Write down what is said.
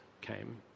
came